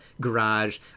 garage